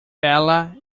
bella